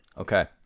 Okay